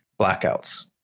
blackouts